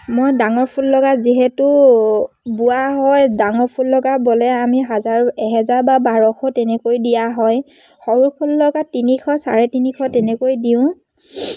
মই ডাঙৰ ফুল লগা যিহেতু বোৱা হয় ডাঙৰ ফুল লগা বলে আমি হাজাৰ এহেজাৰ বা বাৰশ তেনেকৈ দিয়া হয় সৰু ফুল লগা তিনিশ চাৰে তিনিশ তেনেকৈ দিওঁ